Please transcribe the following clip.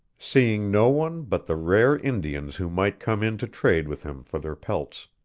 seeing no one but the rare indians who might come in to trade with him for their pelts.